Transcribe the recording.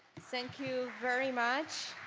thank you very much.